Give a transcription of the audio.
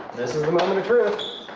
this is the moment of truth!